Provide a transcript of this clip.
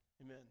Amen